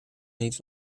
niet